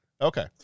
Okay